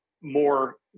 more